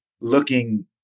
looking